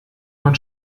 man